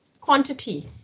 quantity